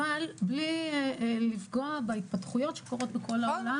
אבל בלי לפגוע בהתפתחויות העסקיות שקורות בכל העולם.